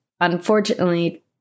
unfortunately